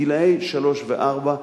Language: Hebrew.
גילאי שלוש וארבע,